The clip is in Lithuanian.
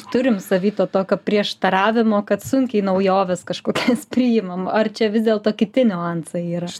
turim savy to tokio prieštaravimo kad sunkiai naujoves kažkokias priimam ar čia vis dėlto kiti niuansai yra